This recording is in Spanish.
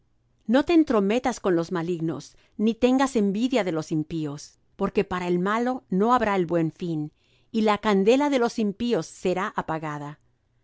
no te entrometas con los malignos ni tengas envidia de los impíos porque para el malo no habrá buen fin y la candela de los impíos será apagada